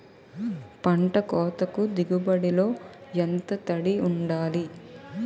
పంట కోతకు దిగుబడి లో ఎంత తడి వుండాలి?